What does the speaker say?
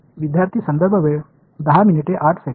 இப்போது இந்த சமன்பாட்டை இணைக்கும்போது முதல் சமன்பாடு என்ன